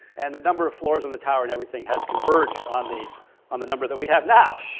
and the number of floors on the tower and everything has converged on the on the number that we have now.